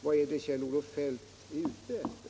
Vad är det Kjell-Olof Feldt är ute efter?